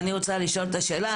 אני רוצה לשאול את השאלה,